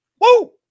Woo